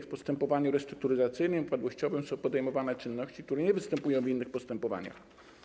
W postępowaniu restrukturyzacyjnym, upadłościowym są podejmowane czynności, które nie występują w innych postępowaniach.